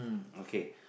okay